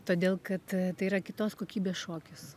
todėl kad tai yra kitos kokybės šokis